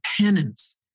penance